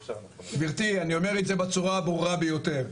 גבירתי, אני אומר את זה בצורה הברורה ביותר,